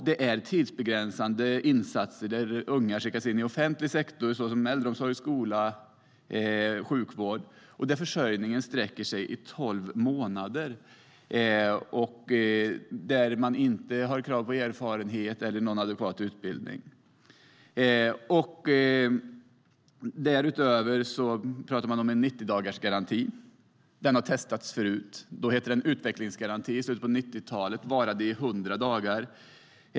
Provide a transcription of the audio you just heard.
Det är tidsbegränsade insatser där unga skickas in i offentlig sektor såsom äldreomsorg, skola och sjukvård och där försörjningen sträcker sig över tolv månader. Det finns inga krav på erfarenhet eller adekvat utbildning. Därutöver pratar man om en 90-dagarsgaranti. Det har testats förut, i slutet av 1990-talet. Då hette det utvecklingsgaranti, och den varade i 100 dagar.